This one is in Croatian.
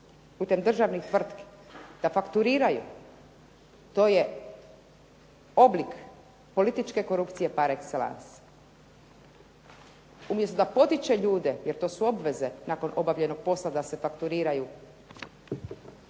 putem državnih tvrtki, da fakturiraju to je oblik političke korupcije par excellence. Umjesto da potiče ljude, jer to su obveze nakon obavljenog posla da se fakturiraju